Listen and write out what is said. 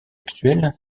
actuel